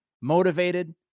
motivated